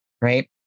right